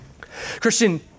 Christian